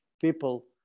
people